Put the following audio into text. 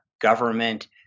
government